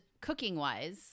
cooking-wise